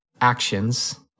actions